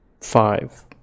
five